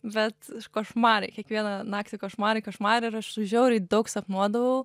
bet košmarai kiekvieną naktį košmarai košmarai ir aš žiauriai daug sapnuodavau